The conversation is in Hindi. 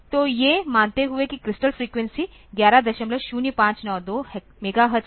तो ये मानते हुए कि क्रिस्टल फ्रीक्वेंसी 110592 मेगाहर्ट्ज़ है